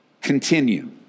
continue